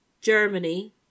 germany